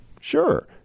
Sure